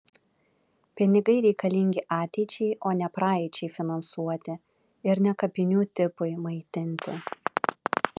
pinigai reikalingi ateičiai o ne praeičiai finansuoti ir ne kapinių tipui maitinti